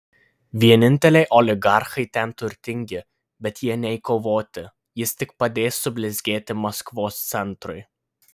vieninteliai oligarchai ten turtingi bet jie nei kovoti jis tik padės sublizgėti maskvos centrui